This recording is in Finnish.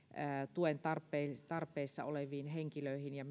tuen tarpeessa oleviin henkilöihin ja